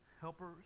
helpers